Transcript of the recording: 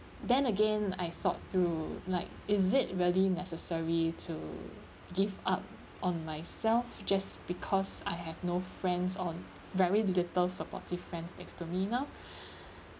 then again I thought through like is it really necessary to give up on myself just because I have no friends on very little supportive friends next to me now